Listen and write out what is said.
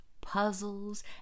puzzles